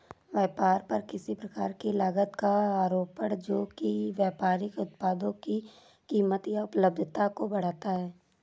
व्यापार पर किसी प्रकार की लागत का आरोपण जो कि व्यापारिक उत्पादों की कीमत या उपलब्धता को बढ़ाता है